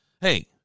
Hey